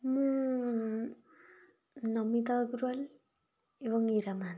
ମୁଁ ନମିତା ଅଗ୍ରୱାଲ ଏବଂ ଇରା ମହାନ୍ତି